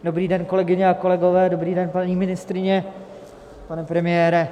Dobrý den, kolegyně a kolegové, dobrý den, paní ministryně, pane premiére.